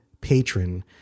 patron